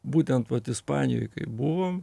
būtent vat ispanijoj kai buvom